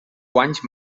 guanys